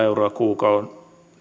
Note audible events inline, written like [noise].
[unintelligible] euroa kuukaudessa